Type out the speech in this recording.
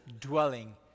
dwelling